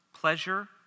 Pleasure